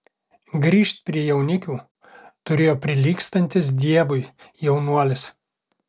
grįžt prie jaunikių turėjo prilygstantis dievui jaunuolis